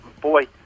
Boy